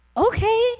okay